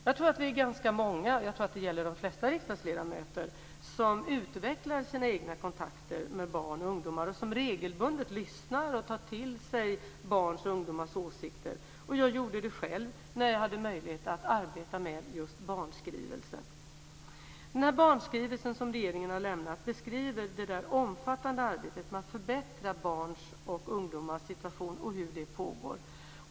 Jag tror att vi är ganska många - de flesta riksdagsledamöter - som utvecklar våra egna kontakter med barn och ungdomar och som regelbundet lyssnar och tar till sig barns och ungdomars åsikter. Jag gjorde det själv när jag hade möjlighet att arbeta med barnskrivelsen. Den barnskrivelse som regeringen har lämnat beskriver det omfattande arbetet med att förbättra barns och ungdomars situation och hur det pågår.